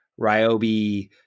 Ryobi